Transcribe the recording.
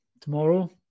tomorrow